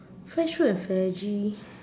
fresh fruit and veggie